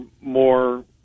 more